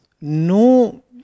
no